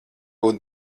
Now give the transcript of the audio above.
būt